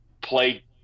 play